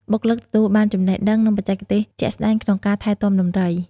បុគ្គលិកទទួលបានចំណេះដឹង និងបច្ចេកទេសជាក់ស្តែងក្នុងការថែទាំដំរី។